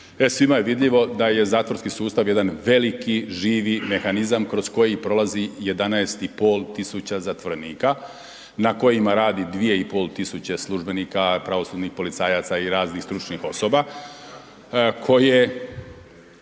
svima je vidljivo da je zatvorski sustav jedan veliki živi mehanizam kroz koji prolazi 11,5 tisuća zatvorenika. Na kojima radi 2,5 tisuće službenika, pravosudnih policajaca i raznih stručnih osoba koje